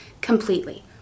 completely